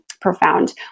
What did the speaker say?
profound